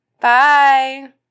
Bye